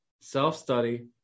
self-study